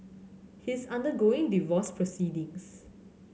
he is undergoing divorce proceedings